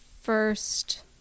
first